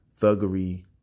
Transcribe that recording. thuggery